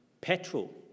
petrol